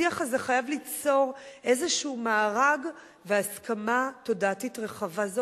השיח הזה חייב ליצור איזשהו מארג והסכמה תודעתית רחבה.